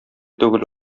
түгел